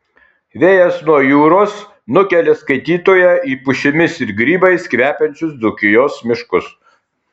vėjas nuo jūros nukelia skaitytoją į pušimis ir grybais kvepiančius dzūkijos miškus